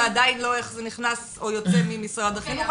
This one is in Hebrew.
ועדין לא איך זה נכנס או יוצא ממשרד החינוך.